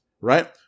right